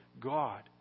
god